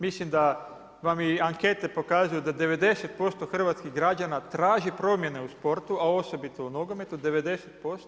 Mislim da vam i ankete pokazuju da 90% hrvatskih građana traže promjene u sportu, a osobito u nogometu, 90%